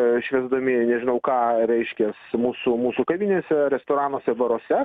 švęsdami nežinau ką reiškias mūsų mūsų kavinėse restoranuose baruose